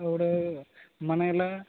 ఇప్పుడు మనం ఇలా